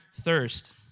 thirst